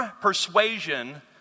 persuasion